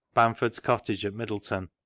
bamford's cottage m middlecon.